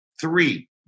Three